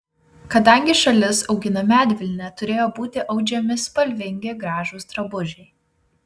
kadangi šalis augina medvilnę turėjo būti audžiami spalvingi gražūs drabužiai